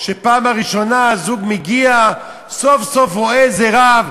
שבפעם הראשונה הזוג מגיע וסוף-סוף רואה איזה רב,